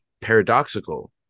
paradoxical